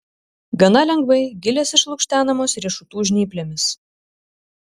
gana lengvai gilės išlukštenamos riešutų žnyplėmis